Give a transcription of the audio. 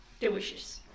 Delicious